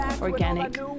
organic